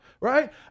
right